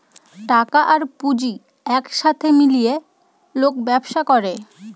টাকা আর পুঁজি এক সাথে মিলিয়ে লোক ব্যবসা করে